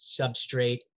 substrate